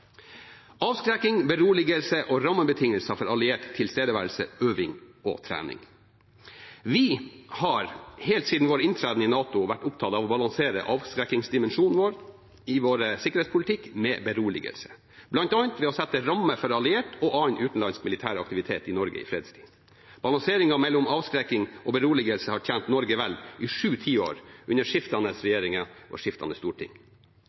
Avskrekking, beroligelse og rammebetingelser for alliert tilstedeværelse, øving og trening: Vi har helt siden vår inntreden i NATO vært opptatt av å balansere avskrekkingsdimensjonen i vår sikkerhetspolitikk med beroligelse, bl.a. ved å sette rammer for alliert og annen utenlandsk militær aktivitet i Norge i fredstid. Balanseringen mellom avskrekking og beroligelse har tjent Norge vel i sju tiår, under skiftende regjeringer og skiftende storting.